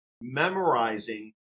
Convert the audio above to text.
memorizing